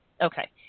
Okay